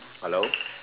hello